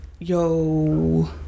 Yo